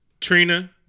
Trina